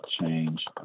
change